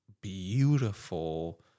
beautiful